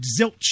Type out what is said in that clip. zilch